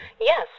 Yes